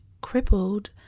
crippled